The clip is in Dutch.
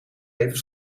even